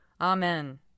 Amen